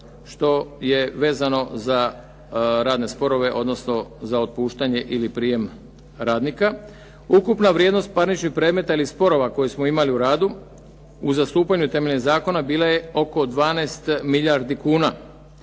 što je vezano za radne sporove odnosno za otpuštanje ili prijem radnika, ukupna vrijednost parničnih predmeta ili sporova koje smo imali u radu uz zastupanje temeljem zakona bila je oko 12 milijardi kuna,